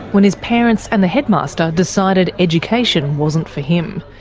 when his parents and the headmaster decided education wasn't for him.